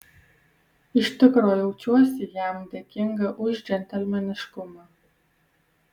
iš tikro jaučiuosi jam dėkinga už džentelmeniškumą